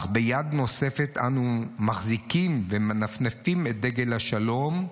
אך ביד נוספת אנו מחזיקים ומנפנפים בדגל השלום,